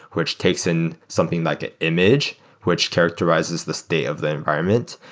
which takes in something like an image which characterizes the state of the environment.